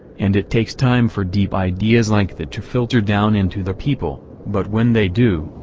and it takes time for deep ideas like that to filter down into the people, but when they do,